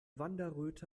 wanderröte